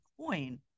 coin